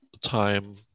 Time